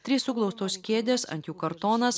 trys suglaustos kėdės ant jų kartonas